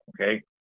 Okay